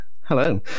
Hello